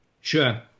sure